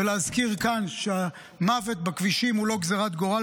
ולהזכיר כאן שהמוות בכבישים הוא לא גזרת גורל,